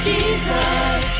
Jesus